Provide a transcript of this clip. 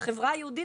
שהחברה היהודית,